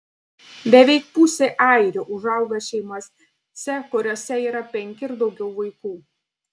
beveik pusė airių užauga šeimose kuriose yra penki ir daugiau vaikų